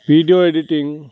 video editing